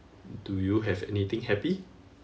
do you have anything happy